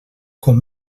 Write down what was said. com